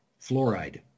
fluoride